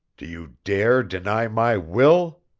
do you dare deny my will?